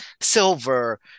silver